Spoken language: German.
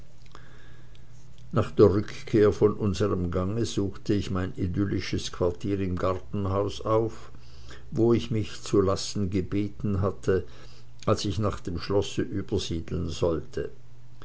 nach der rückkehr von unserm gange suchte ich mein idyllisches quartier im gartenhaus auf wo ich mich zu lassen gebeten hatte als ich nach dem schlosse übersiedeln sollte